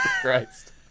Christ